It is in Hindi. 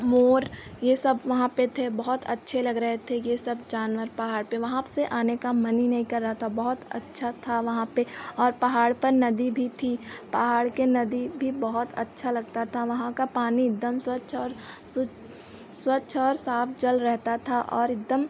मोर ये सब वहाँ पर थे बहुत अच्छे लग रहे थे ये सब जानवर पहाड़ पर वहाँ से आने का मन ही नहीं कर रहा था बहुत अच्छा था वहाँ पर और पहाड़ पर नदी भी थी पहाड़ की नदी भी बहुत अच्छा लगता था वहाँ का पानी एक दम स्वच्छ और स्वच्छ और साफ जल रहता था और एक दम